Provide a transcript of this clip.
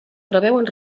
preveuen